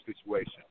situation